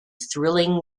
thrilling